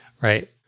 Right